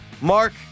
Mark